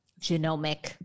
genomic